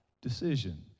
decision